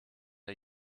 der